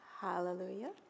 hallelujah